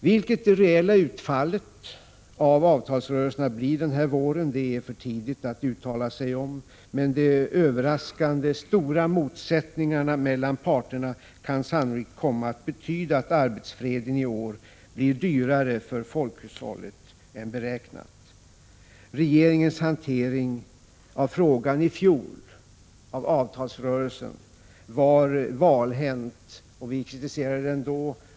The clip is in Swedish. Vilket det reella utfallet av avtalsrörelserna blir denna vår är det för tidigt att uttala sig om, men de överraskande stora motsättningarna mellan parterna kan sannolikt komma att betyda att arbetsfreden i år blir dyrare för folkhushållet än beräknat. Regeringens hantering av avtalsrörelsen i fjol var valhänt och vi kritiserade den då.